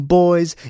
boys